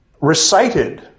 Recited